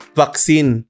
vaccine